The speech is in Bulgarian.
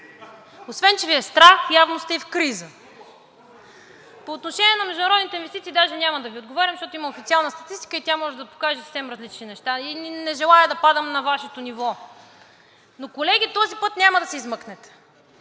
„Нула, нула инвестиции!“) По отношение на международните инвестиции даже няма да Ви отговарям, защото има официална статистика и тя може да покаже съвсем различни неща, и не желая да падам на Вашето ниво. Но колеги, този път няма да се измъкнете.